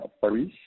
Paris